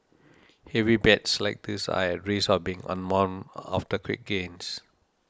heavy bets like this are at risk of being unwound after quick gains